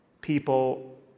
people